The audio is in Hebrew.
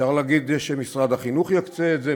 אפשר להגיד שמשרד החינוך יקצה את זה,